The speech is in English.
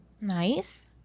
Nice